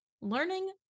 learning